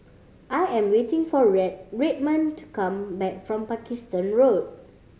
I am waiting for Red Redmond to come back from Pakistan Road